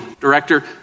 director